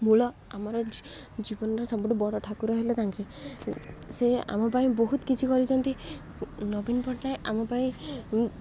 ମୂଳ ଆମର ଜୀବନର ସବୁଠୁ ବଡ଼ ଠାକୁର ହେଲେ ତାଙ୍କେ ସେ ଆମ ପାଇଁ ବହୁତ କିଛି କରିଛନ୍ତି ନବୀନ ପଟ୍ଟନାୟକ ଆମ ପାଇଁ